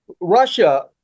Russia